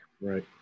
Right